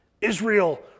Israel